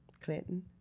Clinton